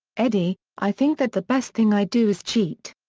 eddie i think that the best thing i do is cheat.